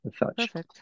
Perfect